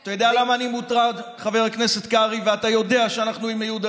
אתה יודע למה אני מוטרד, חבר הכנסת קרעי?